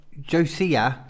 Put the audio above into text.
Josiah